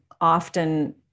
often